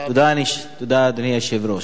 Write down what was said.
תודה, אדוני היושב-ראש.